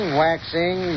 waxing